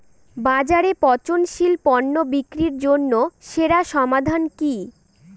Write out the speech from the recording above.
বাজারে পচনশীল পণ্য বিক্রির জন্য সেরা সমাধান কি?